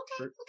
Okay